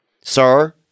sir